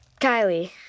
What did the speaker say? Kylie